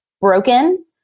broken